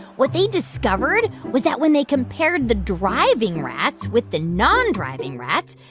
what they discovered was that when they compared the driving rats with the nondriving rats,